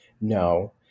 No